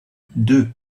deux